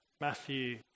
Matthew